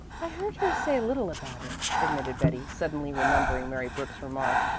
i heard her say a little about it, admitted betty, suddenly remembering mary brooks's remark.